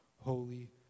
Holy